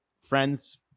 friends